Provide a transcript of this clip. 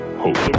hope